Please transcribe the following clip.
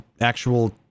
actual